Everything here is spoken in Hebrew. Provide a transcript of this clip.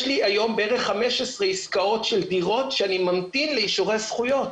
יש לי היום בערך 15 עסקאות של דירות שאני ממתין לאישורי זכויות.